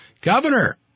Governor